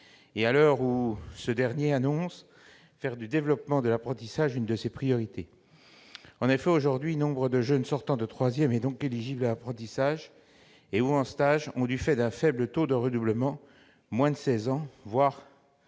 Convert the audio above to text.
et à l'heure où ce dernier annonce faire du développement de l'apprentissage une de ses priorités. En effet, aujourd'hui, nombre de jeunes sortant de troisième, et donc éligibles à l'apprentissage et/ou aux stages, ont, du fait d'un faible taux de redoublement, moins de 16 ans, voire